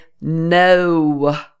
no